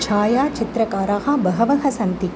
छायाचित्रकाराः बहवः सन्ति